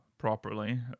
properly